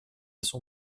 son